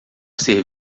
ser